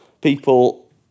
people